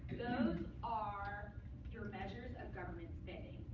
those are your measures of government spending.